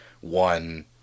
one